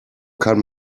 kann